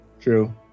True